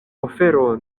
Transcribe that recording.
ofero